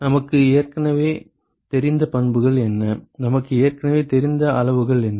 நமக்கு ஏற்கனவே தெரிந்த பண்புகள் என்ன நமக்கு ஏற்கனவே தெரிந்த அளவுகள் என்ன